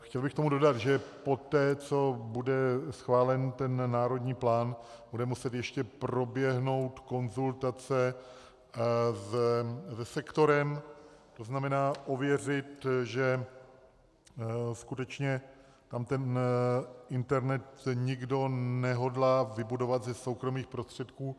Chtěl bych k tomu dodat, že poté, co bude schválen národní plán, bude muset ještě proběhnout konzultace se sektorem, to znamená ověřit, že skutečně tam internet nikdo nehodlá vybudovat ze soukromých prostředků.